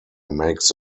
makes